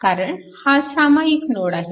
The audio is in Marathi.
कारण हा सामायिक नोड आहे